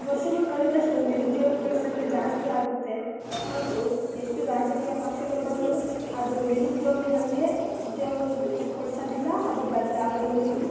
ವರ್ಷಗಳು ಕಳೆದಷ್ಟು ನಿರುದ್ಯೋಗಗಳ ಸಂಖ್ಯೆ ಜಾಸ್ತಿ ಆಗುತ್ತೆ ಹೊರತು ಎಷ್ಟು ರಾಜಕೀಯ ಪಕ್ಷಗಳು ಬಂದರೂ ಅದು ನಿರುದ್ಯೋಗಿಗಳಿಗೆ ಉದ್ಯಮ ಕೊಡಿಸೋದಿಲ್ಲ ಅದು ಬದಲಾಗೋದೂ ಇಲ್ಲ